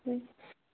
ہَے